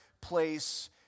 place